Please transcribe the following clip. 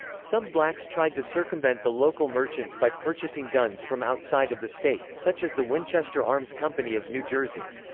some blacks tried to circumvent the local merchants by purchasing guns from outside of the state, such as the winchester arms company of new jersey.